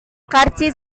karcis